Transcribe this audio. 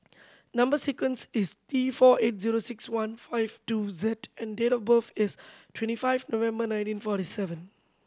number sequence is T four eight zero six one five two Z and date of birth is twenty five November nineteen forty seven